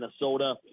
Minnesota